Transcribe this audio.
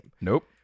Nope